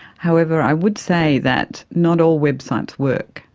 however, i would say that not all websites work,